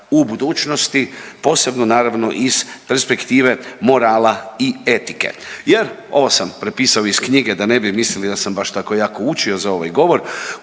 u budućnosti posebno naravno iz perspektive morala i etike. Jer ovo sam prepisao iz knjige da ne bi mislili da sam baš tako jako učio za ovaj govor